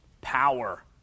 power